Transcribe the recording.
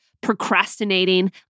procrastinating